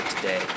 today